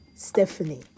Stephanie